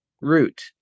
root